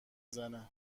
زنه